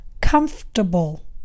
comfortable